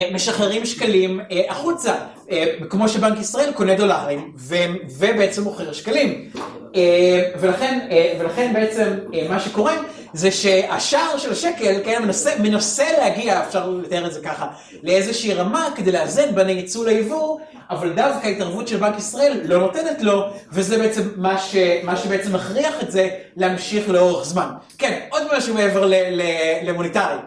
משחררים שקלים החוצה, כמו שבנק ישראל קונה דולרים ובעצם מוכר שקלים. ולכן בעצם מה שקורה זה שהשער של השקל מנסה להגיע, אפשר לתאר את זה ככה, לאיזושהי רמה כדי לאזן בין הייצוא לייבוא, אבל דווקא התערבות של בנק ישראל לא נותנת לו וזה בעצם מה שבעצם מכריח את זה להמשיך לאורך זמן. כן, עוד משהו מעבר למוניטרי.